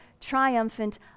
triumphant